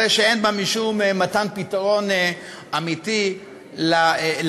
הרי שאין בה משום מתן פתרון אמיתי לבעיית